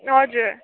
हजुर